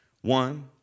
One